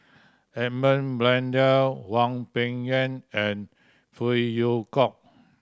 Edmund Blundell Hwang Peng Yuan and Phey Yew Kok